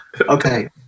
Okay